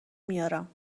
میارم